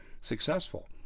successful